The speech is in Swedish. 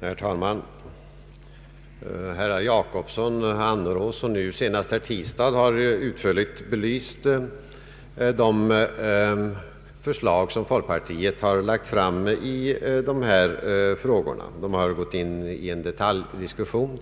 Herr talman! Herrar Per Jacobsson och Annerås och nu senast herr Tistad har utförligt belyst de förslag som folkpartiet har lagt fram i dessa frågor. De har gått in i en detaljdiskussion;